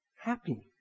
happy